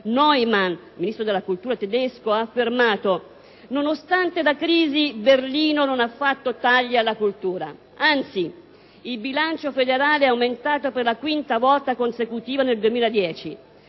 il ministro della cultura tedesco, Neumann, ha affermato: «Nonostante la crisi, Berlino non ha fatto tagli alla cultura. Anzi, il bilancio federale è aumentato per la quinta volta consecutiva nel 2010.